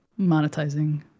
monetizing